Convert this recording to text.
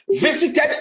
Visited